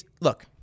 look